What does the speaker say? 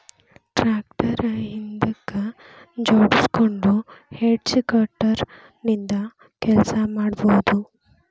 tractor ಹಿಂದಕ್ ಜೋಡ್ಸ್ಕೊಂಡು hedge cutter ನಿಂದ ಕೆಲಸ ಮಾಡ್ಬಹುದು